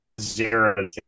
zero